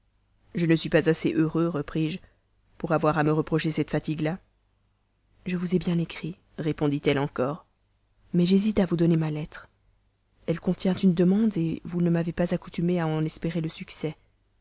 je ne suis pas assez heureux repris-je pour avoir à me reprocher cette fatigue là je vous ai bien écrit répondit-elle encore mais j'hésite à vous donner ma lettre elle contient une demande vous ne m'avez pas accoutumée à en espérer le succès